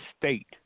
state